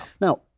Now